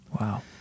Wow